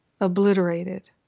obliterated